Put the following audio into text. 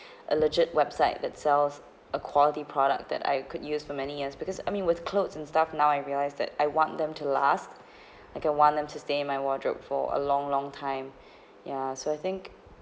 a legit website that sells a quality product that I could use for many years because I mean with clothes and stuff now I realise that I want them to last like I want them to stay in my wardrobe for a long long time ya so I think